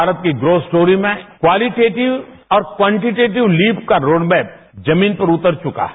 भारत की grow story में qualitative और क्वानटिटेटिव लीफ का रोड मैप जमीन पर उतर चुका है